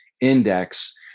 index